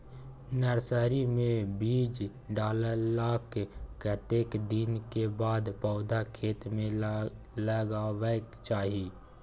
Nursery मे बीज डाललाक कतेक दिन के बाद पौधा खेत मे लगाबैक चाही?